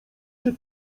się